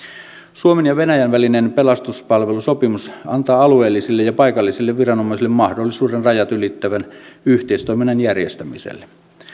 suomen ja venäjän välinen pelastuspalvelusopimus antaa alueellisille ja paikallisille viranomaisille mahdollisuuden rajat ylittävän yhteistoiminnan järjestämiselle